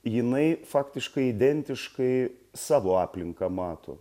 jinai faktiškai identiškai savo aplinką mato